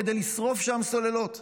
כדי לשרוף שם סוללות.